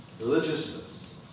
religiousness